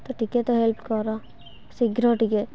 ତ ଟିକେ ତ ହେଲ୍ପ କର ଶୀଘ୍ର ଟିକେ